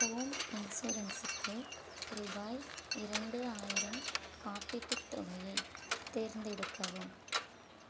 home இன்சூரன்ஸுக்கு ரூபாய் இரண்டு ஆயிரம் காப்பீட்டுத் தொகையை தேர்ந்தெடுக்கவும்